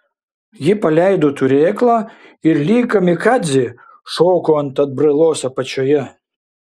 ji paleido turėklą ir lyg kamikadzė šoko ant atbrailos apačioje